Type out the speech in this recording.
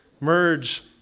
merge